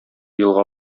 елга